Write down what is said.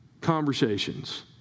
conversations